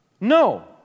No